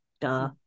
duh